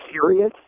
serious